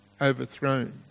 overthrown